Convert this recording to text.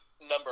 number